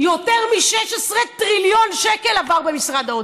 יותר מ-16 טריליון שקל עברו במשרד האוצר.